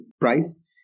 price